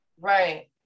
Right